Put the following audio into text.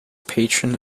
patron